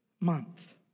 month